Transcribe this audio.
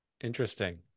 Interesting